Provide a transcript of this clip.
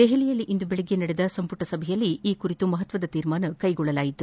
ದೆಹಲಿಯಲ್ಲಿ ಇಂದು ದೆಳಗ್ಗೆ ನಡೆದ ಸಂಪುಟ ಸಭೆಯಲ್ಲಿ ಈ ಕುರಿತು ಮಹತ್ವದ ತೀರ್ಮಾನ ಕ್ಲೆಗೊಳ್ಳಲಾಗಿದೆ